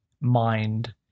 mind